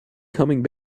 coming